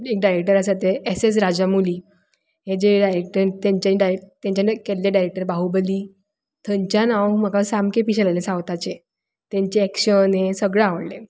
एक डायरेक्टर आसा ते एस एस राजामौली हे जे डायरेक्टर तांच्यानी डायरेक्ट तांच्यानी केल्ले डायरेक्टर बाहुबली थंयच्यान हांव म्हाका सामकें पिशें लागलें सावथाचे तांचें एक्शन हें सगळें आवडलें